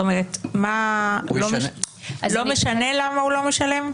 לא משנה למה הוא לא משלם?